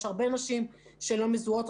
יש הרבה נשים שלא מזוהות.